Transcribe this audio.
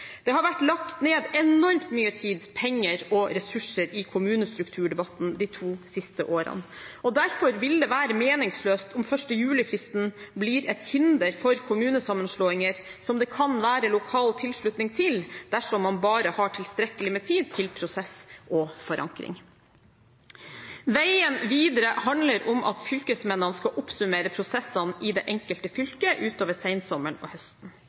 Det har vært lagt ned enormt mye tid, penger og ressurser i kommunestrukturdebatten de to siste årene. Derfor vil det være meningsløst om 1. juli-fristen blir et hinder for kommunesammenslåinger som det kan være lokal tilslutning til, dersom man bare har tilstrekkelig med tid til prosess og forankring. Veien videre handler om at fylkesmennene skal oppsummere prosessene i det enkelte fylket utover sensommeren og høsten.